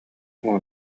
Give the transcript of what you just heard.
уон